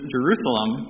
Jerusalem